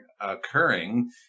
occurring